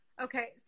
okay